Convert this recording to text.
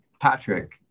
Patrick